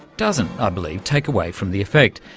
doesn't, i believe, take away from the effect.